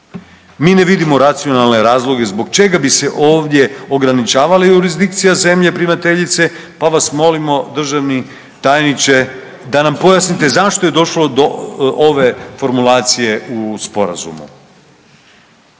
Mi ne vidimo racionalne razloge zbog čega bi se ovdje ograničavali jurisdikcija zemlje primateljice, pa vas molimo, državni tajniče da nam pojasnite zašto je došlo do ove formulacije u Sporazumu?